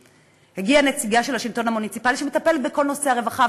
הגיעה נציגה של השלטון המוניציפלי שמטפלת בכל נושאי הרווחה,